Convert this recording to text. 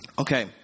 Okay